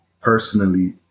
Personally